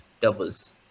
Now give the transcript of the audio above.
doubles